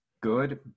good